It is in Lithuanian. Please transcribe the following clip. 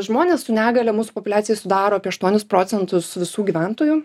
žmonės su negalia mūsų populiacijoj sudaro apie aštuonis procentus visų gyventojų